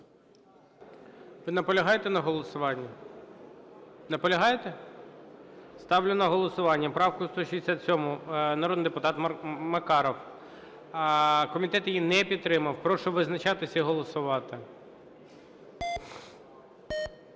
Ви наполягаєте на голосуванні? Наполягаєте? Ставлю на голосування правку 167, народний депутат Макаров. Комітет її не підтримав. Прошу визначатись і голосувати.